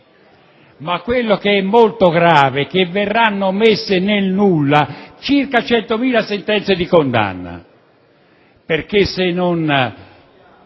la cosa più grave è che verranno messe nel nulla circa 100.000 sentenze di condanna,